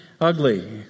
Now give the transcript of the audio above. ugly